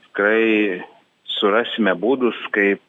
tikrai surasime būdus kaip